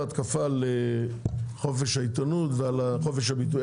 התקפה על חופש העיתונות ועל חופש הביטוי.